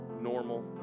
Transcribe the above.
Normal